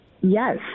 Yes